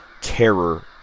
terror